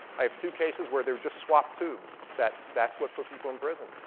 i have two cases where they're just swapped tubes that that's what put people in prison.